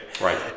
Right